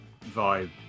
vibe